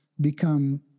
become